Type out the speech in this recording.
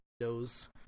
Windows